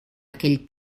aquell